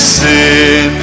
sin